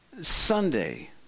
Sunday